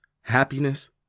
Happiness